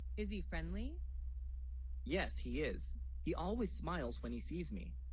is he friendly yes he is he always smiles when he sees me